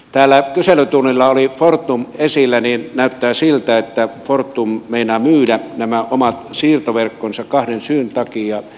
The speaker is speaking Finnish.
täällä kyselytunnilla oli fortum esillä ja näyttää siltä että fortum meinaa myydä nämä omat siirtoverkkonsa kahden syyn takia